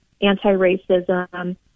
anti-racism